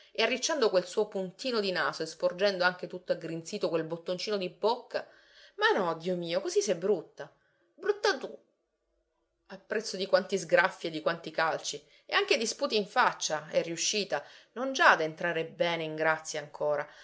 e arricciando quel suo puntino di naso e sporgendo anche tutto aggrinzito quel bottoncino di bocca ma no dio mio cosi sei brutta brutta tu a prezzo di quanti sgraffi e di quanti calci e anche di sputi in faccia è riuscita non già ad entrarle bene in grazia ancora